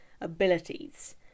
abilities